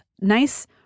nice